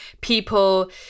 people